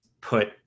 put